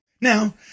Now